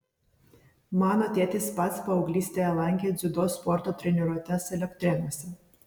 mano tėtis pats paauglystėje lankė dziudo sporto treniruotes elektrėnuose